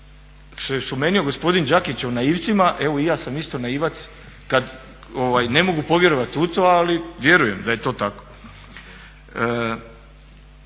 Što je spomenuo gospodin Đakić o naivcima, evo i ja sam isto naivac kad ne mogu povjerovati u to ali vjerujem da je to tako.